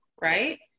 Right